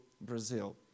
Brazil